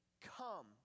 come